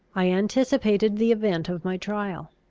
i anticipated the event of my trial.